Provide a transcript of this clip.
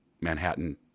Manhattan